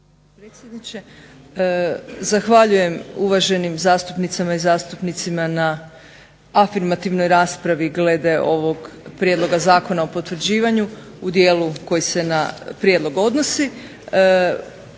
predsjedniče. Zahvaljujem uvaženim zastupnicama i zastupnicima na afirmativnoj raspravi glede ovog prijedloga zakona o potvrđivanju u dijelu koji se na prijedlog odnosi.